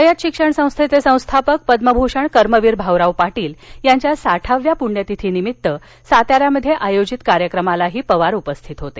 रयत शिक्षण संस्थेचे संस्थापक पद्मभूषण कर्मवीर भाऊराव पाटील यांच्या साठाव्या पुण्यतिथीनिमित्त साताऱ्यामध्ये आयोजित कार्यक्रमालाही पवार उपस्थित होते